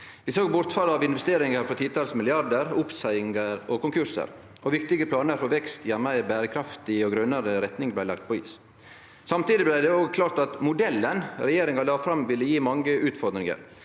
Vi såg bortfall av investeringar på titals milliardar, oppseiingar og konkursar, og viktige planar for vekst i ei meir berekraftig og grønare retning blei lagde på is. Samtidig blei det òg klart at modellen regjeringa la fram, ville gje mange utfordringar.